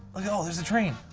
oh, there's a train.